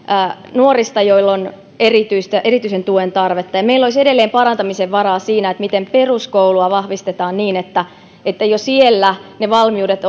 nuorista joilla on erityisen tuen tarvetta meillä olisi edelleen parantamisen varaa siinä miten peruskoulua vahvistetaan niin että että jo siellä valmiudet